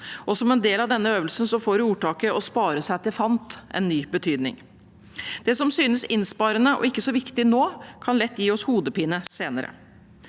Som en del av denne øvelsen får ordtaket «å spare seg til fant» en ny betydning. Det som synes innsparende og ikke så viktig nå, kan lett gi oss hodepine senere.